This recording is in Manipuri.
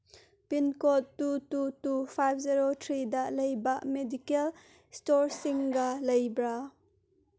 pincode two two two five zero ꯊ꯭ꯔꯤꯗ ꯂꯩꯕ ꯃꯦꯗꯤꯀꯦꯜ ꯏꯁꯇꯣꯔꯁꯤꯡꯒ ꯂꯩꯕ꯭ꯔꯥ